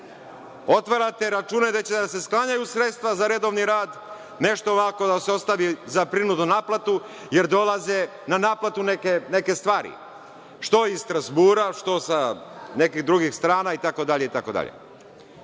Otvarate račune gde će da se sklanjaju sredstva za redovni rad, nešto ovako da se ostavi za prinudnu naplatu, jer dolaze na naplatu neke stvari, što iz Strazbura, što sa nekih drugih strana itd,